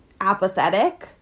apathetic